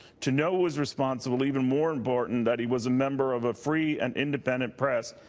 to know who's responsible, even more important that he was a member of a free and independent press,